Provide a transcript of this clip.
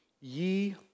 ye